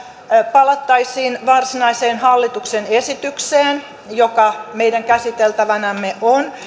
palattaisiin varsinaiseen hallituksen esitykseen joka meidän käsiteltävänämme on